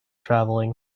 travelling